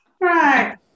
right